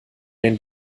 den